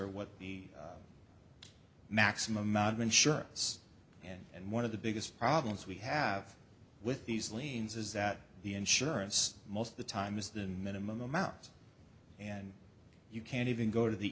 or what the maximum amount of insurance and one of the biggest problems we have with these liens is that the insurance most of the time is the minimum amount and you can't even go to the